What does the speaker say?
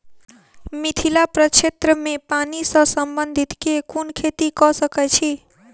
मिथिला प्रक्षेत्र मे पानि सऽ संबंधित केँ कुन खेती कऽ सकै छी?